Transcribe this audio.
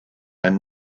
are